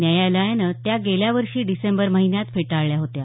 न्यायालयानं त्या गेल्या वर्षी डिसेंबर महिन्यात फेटाळल्या होत्या